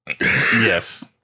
yes